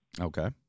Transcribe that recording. Okay